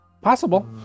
possible